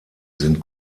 sind